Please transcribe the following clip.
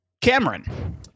Cameron